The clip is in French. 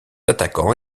attaquant